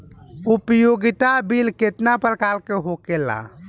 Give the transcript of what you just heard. उपयोगिता बिल केतना प्रकार के होला?